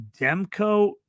Demko